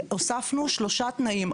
הוספנו שלושה תנאים.